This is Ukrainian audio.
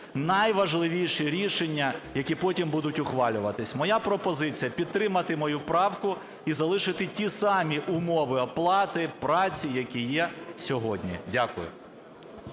найважливіші рішення, які потім будуть ухвалюватися. Моя пропозиція: підтримати мою правку і залишити ті самі умови оплати праці, які є сьогодні. Дякую.